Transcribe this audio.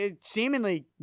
Seemingly